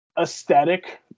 aesthetic